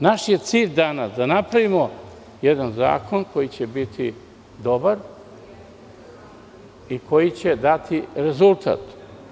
Naš je cilj danas da napravimo jedan zakon koji će biti dobar i koji će dati rezultat.